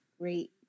great